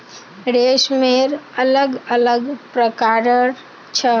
रेशमेर अलग अलग प्रकार छ